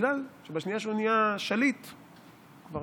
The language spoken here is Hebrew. בגלל שבשנייה שהוא נהיה שליט הוא כבר